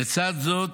לצד זאת,